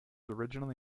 originally